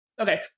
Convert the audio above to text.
Okay